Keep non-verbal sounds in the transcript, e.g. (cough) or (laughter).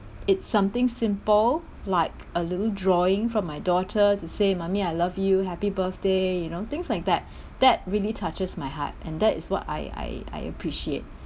it's something simple like a little drawing from my daughter to say mummy I love you happy birthday you know things like that (breath) that really touches my heart and that is what I I I appreciate